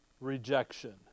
rejection